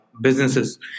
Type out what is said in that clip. businesses